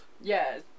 Yes